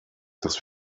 dass